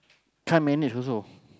can't manage also